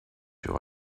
you